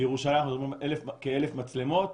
בירושלים פרוסות כ-1,000 מצלמות,